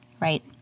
right